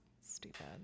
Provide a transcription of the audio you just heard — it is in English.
stupid